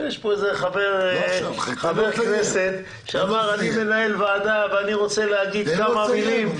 אבל יש כאן חבר כנסת שאמר לי שהוא מנהל ועדה והוא רוצה לומר כמה מלים.